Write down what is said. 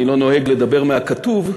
אני לא נוהג לדבר מהכתוב,